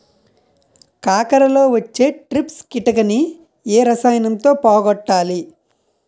కాకరలో వచ్చే ట్రిప్స్ కిటకని ఏ రసాయనంతో పోగొట్టాలి?